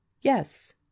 yes